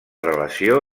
relació